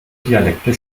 dialekte